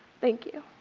thank you.